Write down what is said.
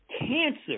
cancer